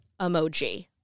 emoji